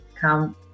come